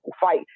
fight